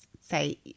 say